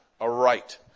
aright